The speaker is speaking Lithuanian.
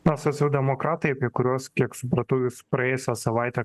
na socialdemokratai apie kurios kiek supratau jūs praėjusią savaitę